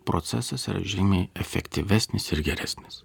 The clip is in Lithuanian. procesas yra žymiai efektyvesnis ir geresnis